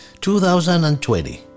2020